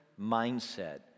mindset